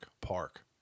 Park